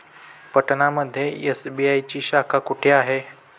पटना मध्ये एस.बी.आय ची शाखा कुठे आहे?